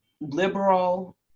liberal